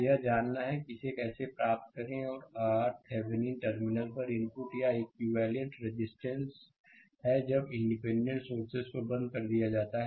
यह जानना है कि इसे कैसे प्राप्त करें और RThevenin टर्मिनल पर इनपुट या इक्विवेलेंट रेजिस्टेंस है जब इंडिपेंडेंट सोर्सेस को बंद कर दिया जाता है